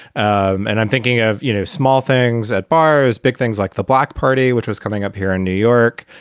and i'm thinking of, you know, small things at bars, big things like the block party, which was coming up here in new york.